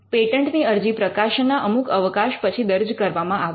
પેટન્ટની અરજી પ્રકાશનના અમુક અવકાશ પછી દર્જ કરવામાં આવે છે